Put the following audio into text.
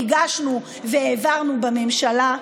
הגשנו והעברנו בממשלה.